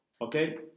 Okay